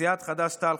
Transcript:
סיעת חד"ש-תע"ל,